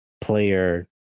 player